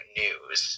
news